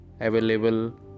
available